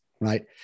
Right